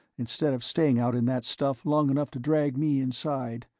instead of staying out in that stuff long enough to drag me inside.